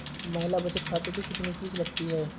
महिला बचत खाते की कितनी फीस लगती है?